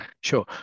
Sure